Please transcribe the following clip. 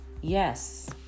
Yes